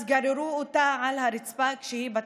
אז גררו אותה על הרצפה כשהיא בתחתונים.